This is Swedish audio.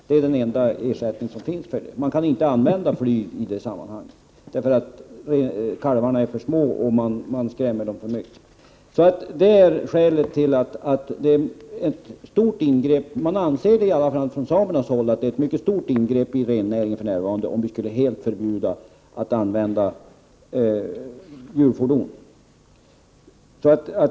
Det är den enda ersättning som finns för det. Man kan inte använda flyg i det sammanhanget, därför att kalvarna är för små och man skrämmer dem för mycket. Det är skälet till att det vore ett stort ingrepp i rennäringen — det anser man i varje fall från samernas håll — om vi för närvarande helt skulle förbjuda användning av hjulfordon.